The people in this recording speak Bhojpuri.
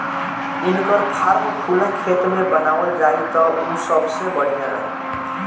इनकर फार्म खुला खेत में बनावल जाई त उ सबसे बढ़िया रही